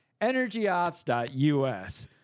Energyops.us